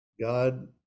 God